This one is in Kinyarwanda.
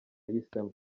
yahisemo